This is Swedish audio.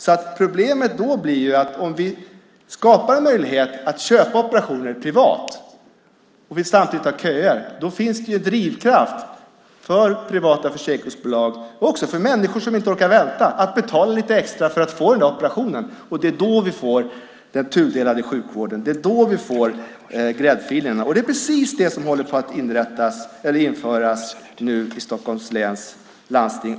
Problemet blir då att om vi skapar en möjlighet att köpa operationer privat och samtidigt har köer finns det drivkraft för privata försäkringsbolag och också för människor som inte orkar vänta att betala lite extra för att få operationen. Det är då vi får den tudelade sjukvården. Det är då vi får gräddfilerna. Det är precis det som håller på att införas i Stockholms läns landsting.